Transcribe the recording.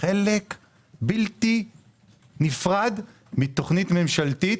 חלק בלתי נפרד מתכנית ממשלתית,